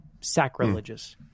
Sacrilegious